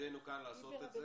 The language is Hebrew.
תפקידנו כאן לעשות את זה.